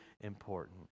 important